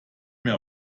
mir